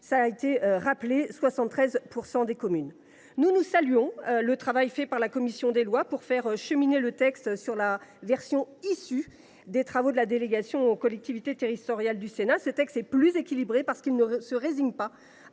tout de même 73 % des communes. Nous saluons le travail fait par la commission des lois pour faire cheminer le texte à partir de la version issue des travaux de la délégation aux collectivités territoriales du Sénat. Ce texte est plus équilibré, parce qu’il ne se résigne pas